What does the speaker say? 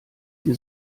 die